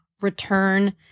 return